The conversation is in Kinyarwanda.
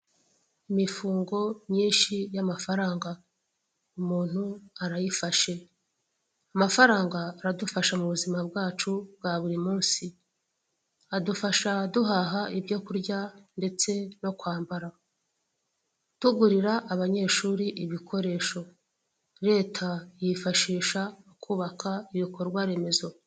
Imifungo myinshi y'amafaranga umuntu arayifashe. Amafaranga aradufasha mu buzima bwacu bwa buri munsi. Adufasha duhaha ibyo kurya ndetse no kwambara. Tugurira abanyeshuri ibikoresho. Leta iyifashisha mu kubaka ibikorwa remezo.